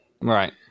Right